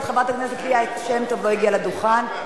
חברת הכנסת ליה שמטוב לא הגיעה לדוכן.